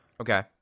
Okay